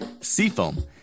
Seafoam